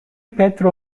petro